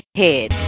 head